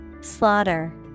Slaughter